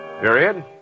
Period